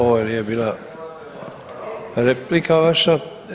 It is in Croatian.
Ovo nije bila replika vaša.